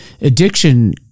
addiction